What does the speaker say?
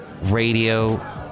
radio